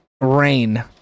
rain